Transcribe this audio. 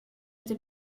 это